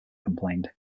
complained